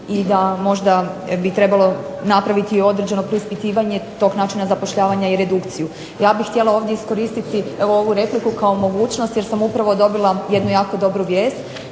i da možda bi trebalo napraviti određeno preispitivanje tog načina zapošljavanja i redukciju. Ja bih htjela ovdje iskoristiti ovu repliku kao mogućnost jer sam upravo dobila jednu jako dobru vijest.